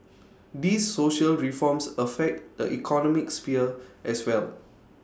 these social reforms affect the economic sphere as well